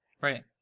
Right